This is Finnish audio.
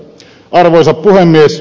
arvoisa puhemies